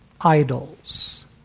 idols